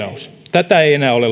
tätä ei enää ole